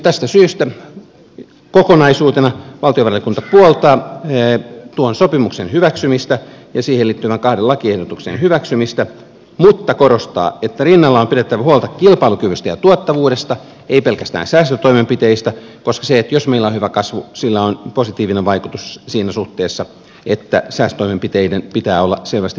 tästä syystä kokonaisuutena valtiovarainvaliokunta puoltaa tuon sopimuksen hyväksymistä ja siihen liittyvien kahden lakiehdotuksen hyväksymistä mutta korostaa että rinnalla on pidettävä huolta kilpailukyvystä ja tuottavuudesta ei pelkästään säästötoimenpiteistä koska sillä jos meillä on hyvä kasvu on positiivinen vaikutus siinä suhteessa että säästötoimenpiteiden pitää olla selvästi pienempiä